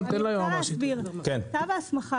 כתב ההסמכה